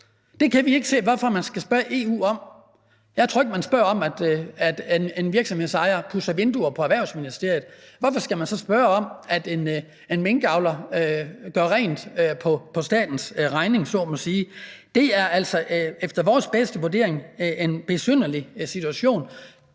Det kan vi ikke se hvorfor man skal spørge EU om. Jeg tror ikke, at man spørger, om en virksomhedsejer må pudse vinduerne i Erhvervsministeriet. Hvorfor skal man så spørge, om en minkavler kan gøre rent på statens regning, om jeg så må sige? Det er altså efter vores bedste vurdering en besynderlig situation,